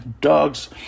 dogs